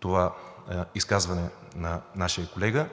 това изказване на нашия колега